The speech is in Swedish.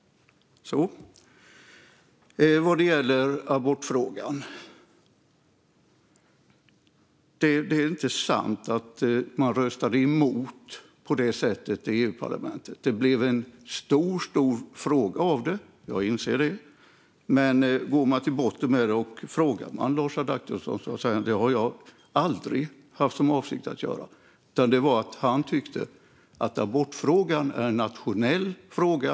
Sedan gäller det abortfrågan. Det är inte sant att man röstade emot på det sättet i EU-parlamentet. Det blev en stor fråga av det - jag inser det. Men man kan gå till botten med detta. Frågar man Lars Adaktusson säger han: Detta har jag aldrig haft för avsikt att göra. Han tycker att abortfrågan är en nationell fråga.